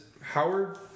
Howard